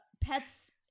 Pets